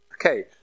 Okay